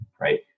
right